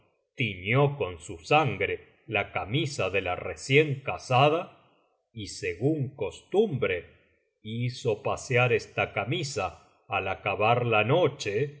tiñó con su sangre la camisa de la recién casada y según costumbre hizo pasear esta camisa al acabar la noche